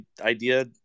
idea